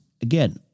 Again